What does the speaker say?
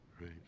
right